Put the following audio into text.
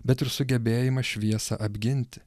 bet ir sugebėjimas šviesą apginti